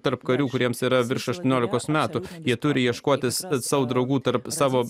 tarp karių kuriems yra virš aštuoniolikos metų jie turi ieškotis sau draugų tarp savo